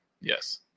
Yes